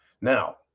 Now